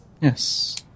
Yes